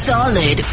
Solid